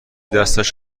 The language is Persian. دستش